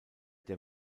der